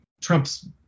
Trump's